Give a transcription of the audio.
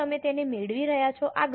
શું તમે તેને મેળવી રહ્યા છો